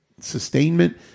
sustainment